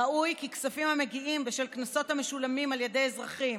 ראוי כי כספים המגיעים בשל קנסות המשולמים על ידי אזרחים